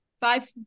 five